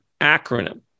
acronym